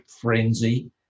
frenzy